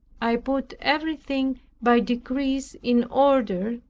i put everything by degrees in order,